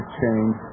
change